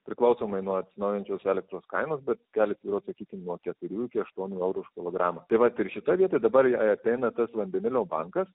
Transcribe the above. priklausomai nuo atsinaujinančios elektros kainos bet gals svyruot sakykim nuo keturių iki aštuonių eurų už kilogramą tai vat ir šita vieta dabar jei ateina tas vandenilio bankas